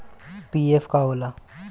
PF का होला?